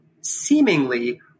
seemingly